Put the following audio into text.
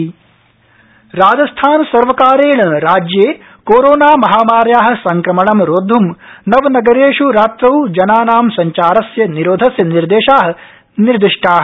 राजस्थान जनसंचार निरोध राजस्थान सर्वकारेण राज्ये कोरोना महामार्या संक्रमणं रोद्धूं नव नगरेष् रात्रौ जनानां संचारस्य निरोधस्य निर्देशा निर्दिष्टा